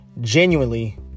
genuinely